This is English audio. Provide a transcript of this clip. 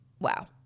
Wow